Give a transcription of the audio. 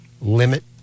limit